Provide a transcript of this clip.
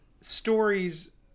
stories